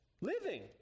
living